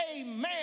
amen